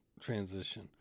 transition